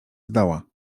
zdoła